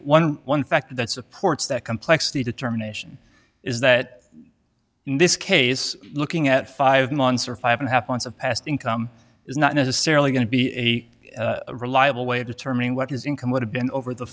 one one factor that supports that complexity determination is that in this case looking at five months or five and a half months of past income is not necessarily going to be a reliable way of determining what his income would have been over the